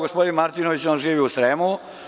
Gospodin Martinović živi u Sremu.